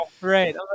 right